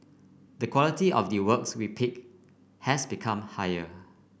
the quality of the works we pick has become higher